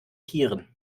tieren